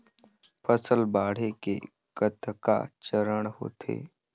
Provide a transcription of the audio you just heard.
फसल बाढ़े के कतका चरण होथे?